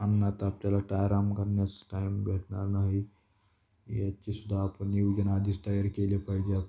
आणि आता आपल्याला टा आराम करण्यास टाईम भेटणार नाही याचेसुद्धा आपण योजना आधीच तयार केली पाहिजे आपण